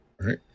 Right